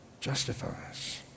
justifies